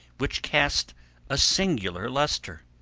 which cast a singular lustre!